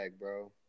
bro